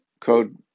code